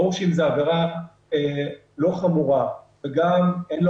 ברור שאם זו עבירה לא חמורה וגם אין לו